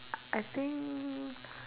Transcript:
I think